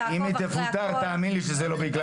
אם היא תפוטר תאמין לי שזה לא בגלל